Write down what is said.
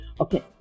Okay